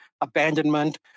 abandonment